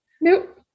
Nope